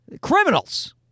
criminals